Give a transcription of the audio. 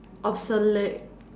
obsolete